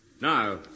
Now